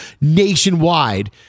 nationwide